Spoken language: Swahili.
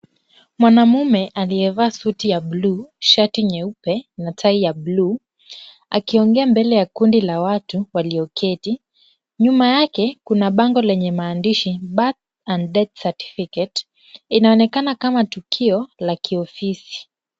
Mwanaume aliyevaa suti ya buluu, shati nyeupe na tai ya buluu, akiongea mbele ya kundi la watu walioketi, nyuma yake kuna bango lenye maandishi birth and death certificate inaonekana kama tukio la kiofisi.